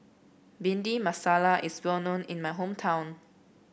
Bhindi Masala is well known in my hometown